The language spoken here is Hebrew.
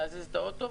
להזיז את האוטו,